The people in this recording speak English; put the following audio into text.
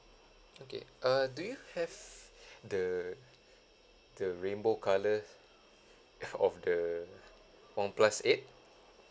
okay uh do you have the the rainbow colour of the one plus eight